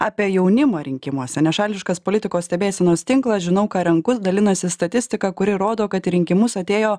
apie jaunimą rinkimuose nešališkas politikos stebėsenos tinklas žinau ką renku dalinosi statistika kuri rodo kad į rinkimus atėjo